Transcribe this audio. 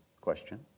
Question